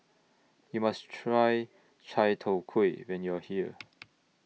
YOU must Try Chai Tow Kuay when YOU Are here